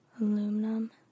Aluminum